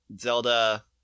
Zelda